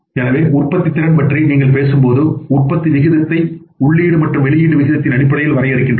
எனவே உற்பத்தித்திறன் பற்றி நீங்கள் பேசும்போது உற்பத்தி விகிதத்தை உள்ளீடு மற்றும் வெளியீட்டு விகிதத்தின் அடிப்படையில் வரையறுக்கிறோம்